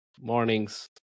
mornings